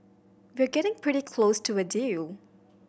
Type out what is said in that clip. we're getting pretty close to a deal